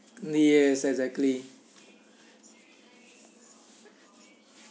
yes exactly